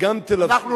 גם תל-אביב,